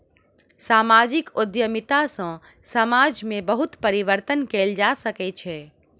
सामाजिक उद्यमिता सॅ समाज में बहुत परिवर्तन कयल जा सकै छै